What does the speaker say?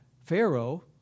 Pharaoh